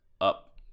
up